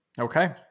Okay